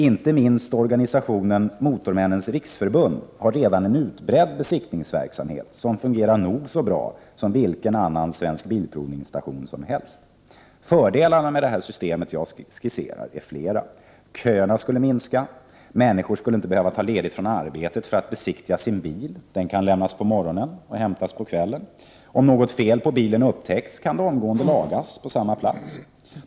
Inte minst organisationen Motormännens riksförbund har redan en utbredd besiktningsverksamhet som fungerar nog så bra och som vilken annan Svensk Bilprovningsstation som helst. Fördelarna med ett sådant system som jag skisserar är flera. - Köerna skulle minska. — Människor skulle inte behöva ta ledigt från arbetet för att besiktiga sin bil, utan den kan i stället lämnas på morgonen och hämtas på kvällen. - Om något fel på bilen upptäcks kan det omgående lagas på samma plats.